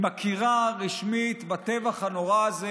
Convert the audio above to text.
מכירה רשמית בטבח הנורא הזה.